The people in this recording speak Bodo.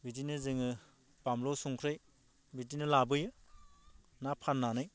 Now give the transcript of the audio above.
बिदिनो जोङो बानलु संख्रै बिदिनो लाबोयो ना फान्नानै